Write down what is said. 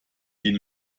die